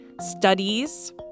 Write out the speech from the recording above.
Studies